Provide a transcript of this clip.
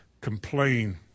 complain